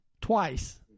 twice